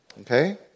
Okay